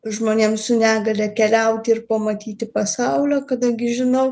žmonėm su negalia keliauti ir pamatyti pasaulio kadangi žinau